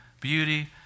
beauty